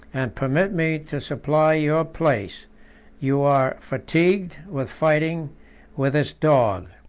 and permit me to supply your place you are fatigued with fighting with this dog.